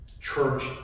Church